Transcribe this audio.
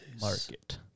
Market